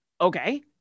Okay